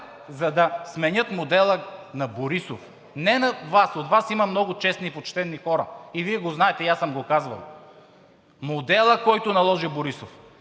за да сменят модела на Борисов – не на Вас, от Вас има много честни и почтени хора и Вие го знаете, и аз съм го казвал. Моделът, който наложи Борисов.